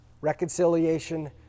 Reconciliation